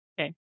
Okay